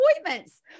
appointments